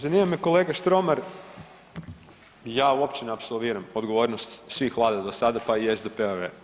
Zanima me kolega Štromar, ja uopće ne apsorbiram odgovornost svih vlada do sada, pa i SDP-ove.